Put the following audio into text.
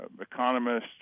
economists